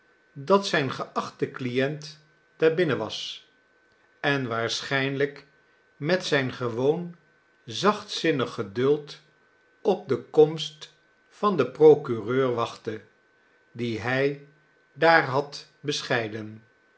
dat zijn geachte client daar binnen was en waarschijnlijk met zijn gewoon zachtzinnig geduld op de komst van den procureur wachtte dien hij daar had bescheiden